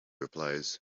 replies